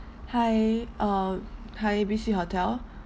hi uh hi A B C hotel